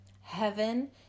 Heaven